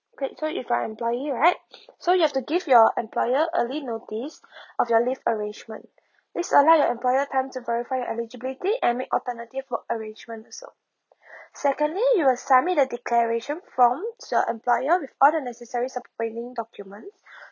great so if I'm employee right so you have to give your employer early notice of your leave arrangement please allow your employer time to verify your eligibility and make alternative work arrangement also secondly you'll submit the declaration forms your employer with all the necessary supporting document